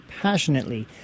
passionately